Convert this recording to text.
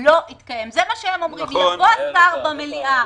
ועדת השרים לחקיקה היא גוף ש --- הם אומרים את התהליך ביחס לממשלה,